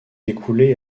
écoulé